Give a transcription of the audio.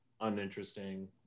uninteresting